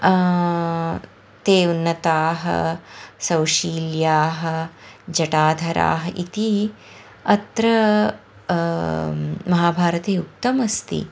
ते उन्नताः सौशील्याः जटाधराः इति अत्र महाभारते उक्तमस्ति